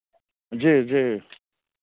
जी जी